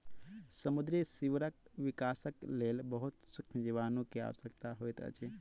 समुद्री सीवरक विकासक लेल बहुत सुक्ष्म जीवाणु के आवश्यकता होइत अछि